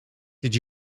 did